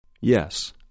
Yes